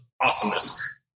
awesomeness